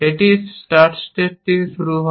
এটি start state থেকে শুরু হয়